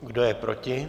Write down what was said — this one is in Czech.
Kdo je proti?